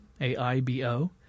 A-I-B-O